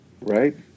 Right